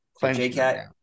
J-Cat